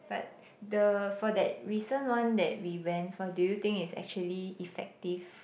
but the for that recent one that we went for do you think it's actually effective